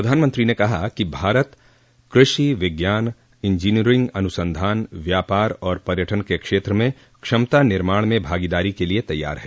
प्रधानमंत्री ने कहा कि भारत कृषि विज्ञान इंजीनियरिंग अनुसंधान व्यापार और पर्यटन के क्षेत्र में क्षमता निर्माण में भागीदारी के लिए तैयार है